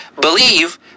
believe